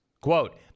Quote